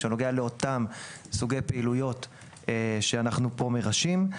ונוגע לאותן סוגי פעילויות שאנחנו מרשים פה.